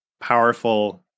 powerful